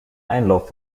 einlauf